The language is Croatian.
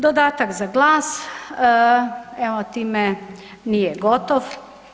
Dodatak za glas, evo time nije gotov.